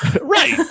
right